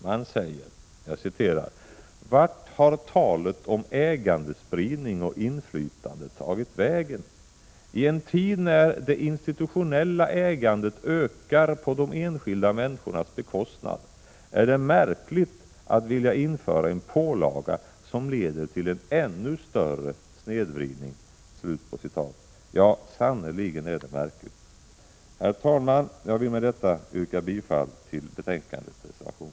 Man säger: ”Vart har talet om ägandespridning och inflytande tagit vägen? I en tid när det institutionella ägandet ökar på de enskilda människornas bekostnad är det märkligt att vilja införa en pålaga som leder till en ännu större snedvridning:” 45 Ja sannerligen, det är märkligt. Herr talman! Jag vill med detta yrka bifall till betänkandets reservation.